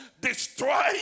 destroy